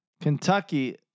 Kentucky